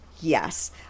yes